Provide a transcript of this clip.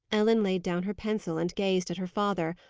ellen laid down her pencil, and gazed at her father,